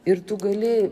ir tu gali